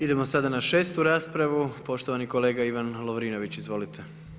Idemo sada na 6 raspravu, poštovani kolega Ivan Lovrinović, izvolite.